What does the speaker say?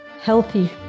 healthy